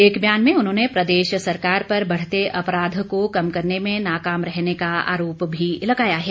एक बयान में उन्होंने प्रदेश सरकार पर बढ़ते अपराध को कम करने में नाकाम रहने का आरोप भी लगाया है